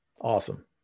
Awesome